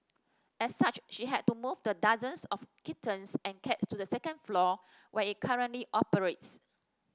as such she had to move the dozens of kittens and cats to the second floor where it currently operates